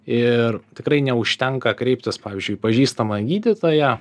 ir tikrai neužtenka kreiptis pavyzdžiui į pažįstamą gydytoją